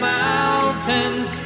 mountains